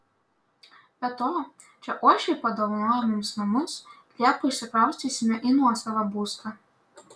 be to čia uošviai padovanojo mums namus liepą išsikraustysime į nuosavą būstą